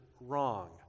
wrong